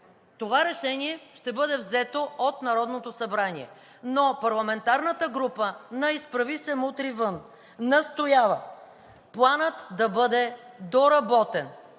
Това решение ще бъде взето от Народното събрание. Но парламентарната група на „Изправи се! Мутри вън!“ настоява Планът да бъде доработен,